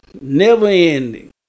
never-ending